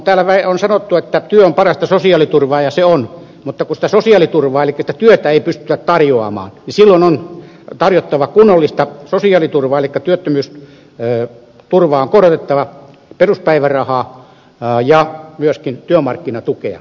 täällä on sanottu että työ on parasta sosiaaliturvaa ja se on mutta kun sitä sosiaaliturvaa eli sitä työtä ei pystytä tarjoamaan niin silloin on tarjottava kunnollista sosiaaliturvaa elikkä on korotettava työttömyysturvaa peruspäivärahaa ja myöskin työmarkkinatukea